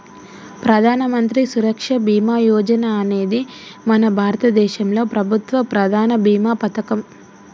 ప్రధానమంత్రి సురక్ష బీమా యోజన అనేది మన భారతదేశంలో ప్రభుత్వ ప్రధాన భీమా పథకం